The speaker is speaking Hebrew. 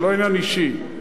זה לא עניין אישי,